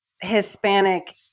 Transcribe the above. Hispanic